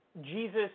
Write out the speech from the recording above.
Jesus